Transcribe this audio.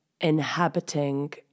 inhabiting